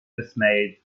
dismayed